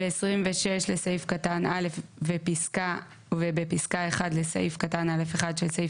ו-(26) לסעיף קטן (א) ובפסקה (1) לסעיף קטן (א1) של סעיף